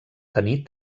tenir